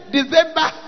December